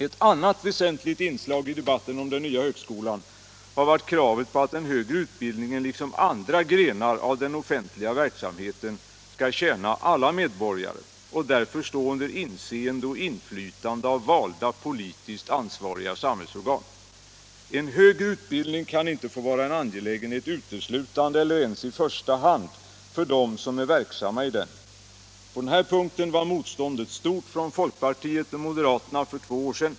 Ett annat väsentligt inslag i debatten om den nya högskolan har varit kravet på att den högre utbildningen liksom andra grenar av den offentliga verksamheten skall tjäna alla medborgare och därför stå under inseende och inflytande av valda politiskt ansvariga samhällsorgan. En högre utbildning kan inte få vara en angelägenhet uteslutande eller ens i första hand för dem som är verksamma i den. På den här punkten var motståndet stort från folkpartiet och moderaterna för två år sedan.